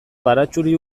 baratxuri